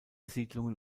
siedlungen